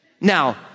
Now